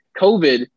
COVID